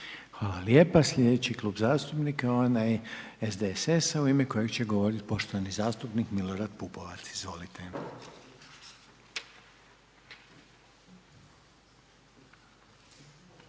Hvala lijepa. Sljedeći Klub zastupnika onaj SDSS-a u ime kojeg će govoriti poštovani zastupnik Milorad Pupovac. Izvolite.